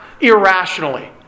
irrationally